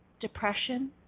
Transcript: depression